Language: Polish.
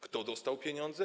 Kto dostał pieniądze?